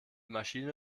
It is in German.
maschine